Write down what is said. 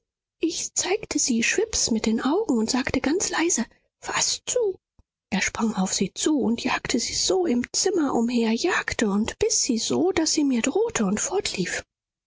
ich zeigte sie schwips mit den augen und sagte ganz leise faß zu er sprang auf sie zu und jagte sie so im zimmer umher jagte und biß sie so daß sie mir drohte und